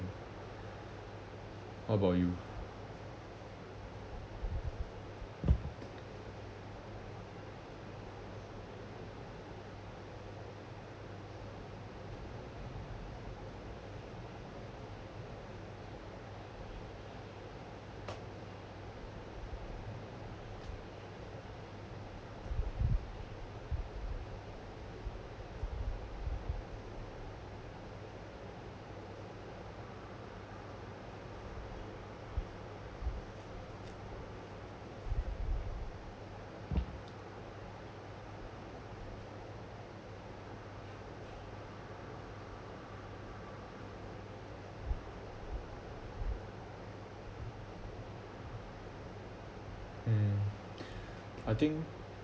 what about you mm I think